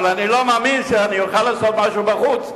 אבל אני לא מאמין שאני אוכל לעשות משהו בחוץ,